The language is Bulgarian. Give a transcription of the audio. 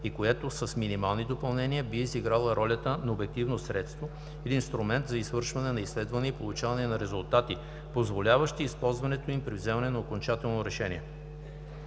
и която с минимални допълнения би изиграла ролята на обективно средство (инструмент) за извършване на изследвания и получаване на резултати, позволяващи използването им при взимане на окончателното решение.